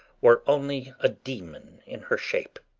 or only a demon in her shape?